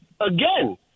Again